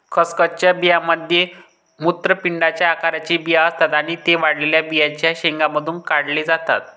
खसखसच्या बियांमध्ये मूत्रपिंडाच्या आकाराचे बिया असतात आणि ते वाळलेल्या बियांच्या शेंगांमधून काढले जातात